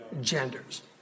genders